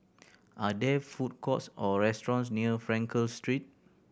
are there food courts or restaurants near Frankel Street